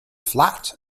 flat